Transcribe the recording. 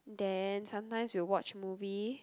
then sometimes we'll watch movie